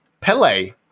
Pele